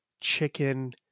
chicken